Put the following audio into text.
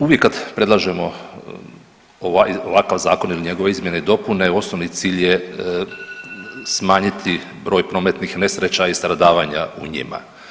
Uvijek kad predlažemo ovakav zakon ili njegove izmjene i dopune osnovni cilj je smanjiti broj prometnih nesreća i stradavanja u njima.